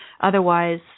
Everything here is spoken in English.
Otherwise